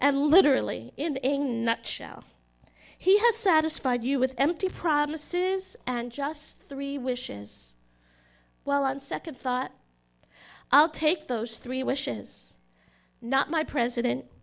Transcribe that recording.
and literally in a nutshell he has satisfied you with empty promises and just three wishes well on second thought i'll take those three wishes not my president